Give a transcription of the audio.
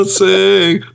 sing